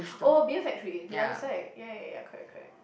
oh beer factory the other side ya ya ya correct correct